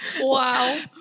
wow